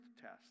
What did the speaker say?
test